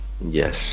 yes